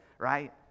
Right